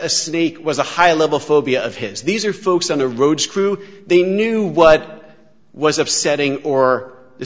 a snake was a high level phobia of his these are folks on the road crew they knew what was upsetting or